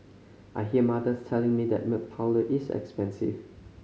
I hear mothers telling me that milk powder is expensive